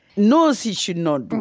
knows he should not do